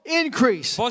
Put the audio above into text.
increase